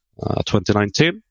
2019